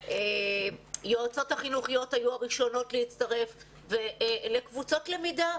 היועצות החינוכיות היו הראשונות להצטרף לקבוצות למידה,